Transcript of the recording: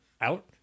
out